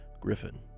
Griffin